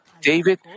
David